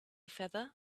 feather